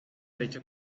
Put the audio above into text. derecho